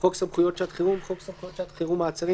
"חוק סמכויות שעת חירום" חוק סמכויות שעת חירום (מעצרים),